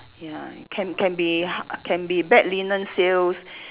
ya can can be h~ can be bed linen sales